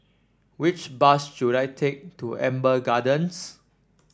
which bus should I take to Amber Gardens